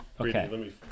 Okay